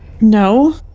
No